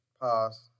Pause